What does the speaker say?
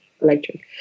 electric